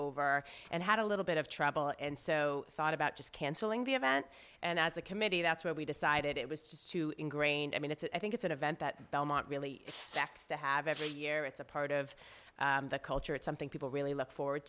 over and had a little bit of trouble and so thought about just canceling the event and as a committee that's where we decided it was just too ingrained i mean it's i think it's an event that belmont really acts to have every year it's a part of the culture it's something people really look forward